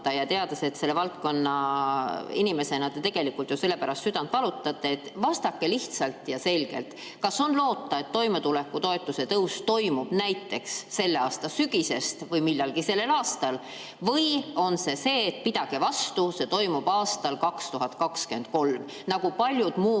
ja teades, et selle valdkonna inimesena te tegelikult ju selle pärast südant valutate, vastake lihtsalt ja selgelt: kas on loota, et toimetulekupiiri tõus toimub näiteks selle aasta sügisel või millalgi sellel aastal? Või on nii, et pidage vastu, see toimub aastal 2023, nagu paljud muud